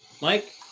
Mike